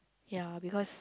ya because